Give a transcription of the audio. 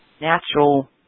natural